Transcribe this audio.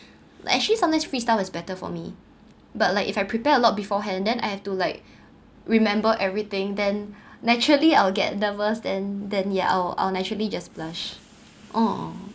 like actually sometimes freestyle is better for me but like if I prepare a lot beforehand then I have to like remember everything then naturally I'll get nervous then then yeah I'll I'll naturally just blush uh